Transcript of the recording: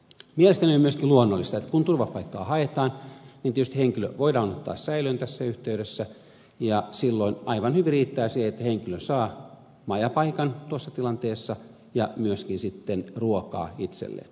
mielestäni on myöskin luonnollista että kun turvapaikkaa haetaan niin tietysti henkilö voidaan ottaa säilöön tässä yhteydessä ja silloin aivan hyvin riittää se että henkilö saa majapaikan tuossa tilanteessa ja myöskin sitten ruokaa itselleen